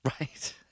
right